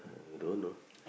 I don't know